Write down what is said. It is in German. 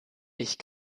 ich